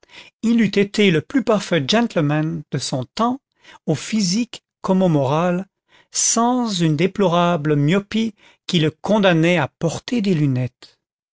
il eût été le plus parfait gentleman de son temps au physique comme au moral sans une déplorable myopie qui le condamnait à porter des lunettes